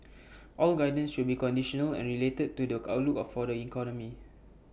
all guidance should be conditional and related to the outlook for the economy